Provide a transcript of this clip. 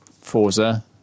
Forza